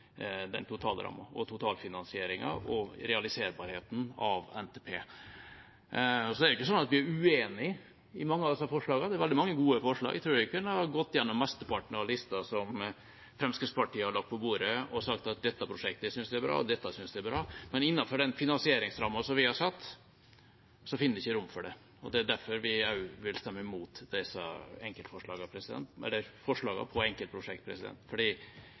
den totale rammen, totalfinansieringen og realiserbarheten av NTP. Det er ikke sånn at vi er uenig i mange av disse forslagene. Det er veldig mange gode forslag. Jeg tror jeg kunne gått gjennom mesteparten av lista som Fremskrittspartiet har lagt på bordet, og sagt at dette prosjektet synes jeg er bra, og dette synes jeg er bra, men innenfor den finansieringsrammen vi har satt, finner vi ikke rom for det. Det er derfor vi også vil stemme imot forslagene på enkeltprosjekt, fordi det er på